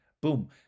boom